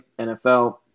NFL